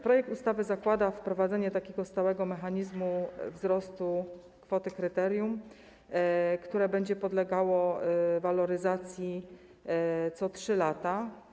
Projekt ustawy zakłada wprowadzenie takiego stałego mechanizmu wzrostu kwoty kryterium, które będzie podlegało waloryzacji co 3 lata.